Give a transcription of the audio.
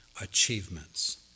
achievements